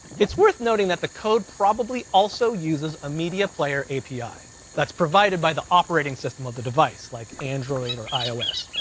it's worth noting that the code probably also uses a media player api that's provided by the operating system of the device like android, or ios.